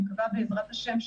אני מקווה, בעזרת השם,